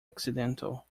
accidental